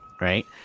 right